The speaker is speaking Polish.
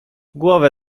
głowę